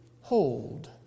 hold